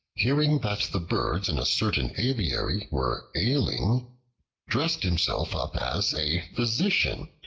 hearing that the birds in a certain aviary were ailing dressed himself up as a physician,